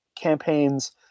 campaign's